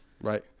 right